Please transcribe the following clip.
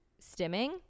stimming